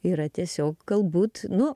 yra tiesiog galbūt nu